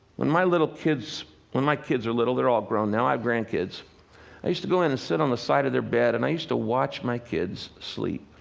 when my little kids when my kids were little they're all grown now, i have grandkids i used to go in and sit on the side of their bed, and i used to watch my kids sleep.